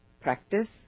practice